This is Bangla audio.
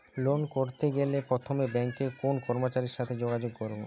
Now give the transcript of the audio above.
লোন করতে গেলে প্রথমে ব্যাঙ্কের কোন কর্মচারীর সাথে যোগাযোগ করব?